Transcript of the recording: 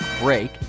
break